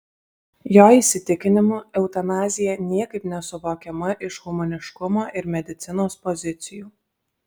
jo įsitikinimu eutanazija niekaip nesuvokiama iš humaniškumo ir medicinos pozicijų